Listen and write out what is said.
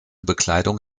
bekleidung